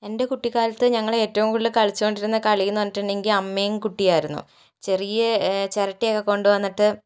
എൻ്റെ കുട്ടിക്കാലത്ത് ഞങ്ങൾ ഏറ്റവും കൂടുതൽ കളിച്ചുകൊണ്ടിരുന്ന കളിയെന്ന് പറഞ്ഞിട്ടുണ്ടെങ്കിൽ അമ്മയും കുട്ടിയും ആയിരുന്നു ചെറിയ ചിരട്ടയൊക്കെ കൊണ്ട് വന്നിട്ട്